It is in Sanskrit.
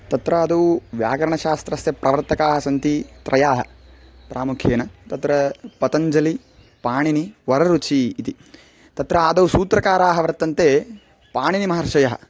तत्रादौ व्याकरणशास्त्रस्य प्रवर्तकाः सन्ति त्रयः प्रामुख्येन तत्र पतञ्जलिः पाणिनिः वररुचिः इति तत्र आदौ सूत्रकाराः वर्तन्ते पाणिनिमहर्षयः